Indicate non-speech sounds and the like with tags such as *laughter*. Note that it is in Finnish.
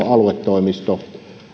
*unintelligible* aluetoimisto